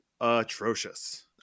atrocious